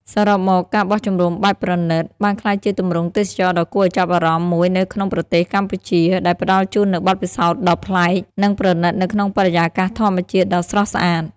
សរុបមក ការបោះជំរំបែបប្រណីត បានក្លាយជាទម្រង់ទេសចរណ៍ដ៏គួរឲ្យចាប់អារម្មណ៍មួយនៅក្នុងប្រទេសកម្ពុជា ដែលផ្តល់ជូននូវបទពិសោធន៍ដ៏ប្លែក និងប្រណីតនៅក្នុងបរិយាកាសធម្មជាតិដ៏ស្រស់ស្អាត។